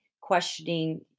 questioning